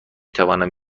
توانم